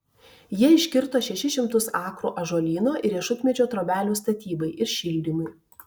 jie iškirto šešis šimtus akrų ąžuolyno ir riešutmedžių trobelių statybai ir šildymui